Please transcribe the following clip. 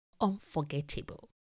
unforgettable